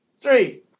three